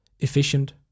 efficient